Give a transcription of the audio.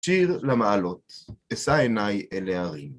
שיר למעלות, אשא עיני אל ההרים.